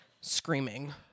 screaming